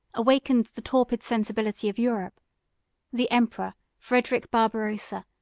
awakened the torpid sensibility of europe the emperor frederic barbarossa,